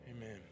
Amen